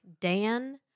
Dan